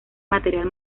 material